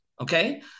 Okay